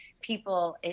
people